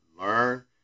learn